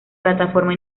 plataforma